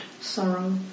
sorrow